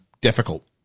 difficult